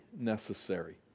necessary